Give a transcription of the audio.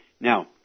Now